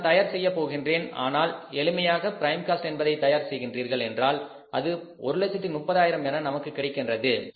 அதை நான் தயார் செய்யப் போகின்றேன் ஆனால் எளிமையாக பிரைம் காஸ்ட் என்பதை தயார் செய்கின்றீர்கள் என்றால் அது 130000 என நமக்கு கிடைக்கின்றது